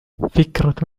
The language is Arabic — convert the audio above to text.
فكرة